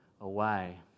away